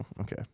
Okay